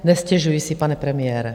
Nestěžuji si, pane premiére.